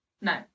No